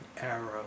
Arrow